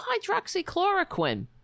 hydroxychloroquine